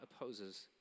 opposes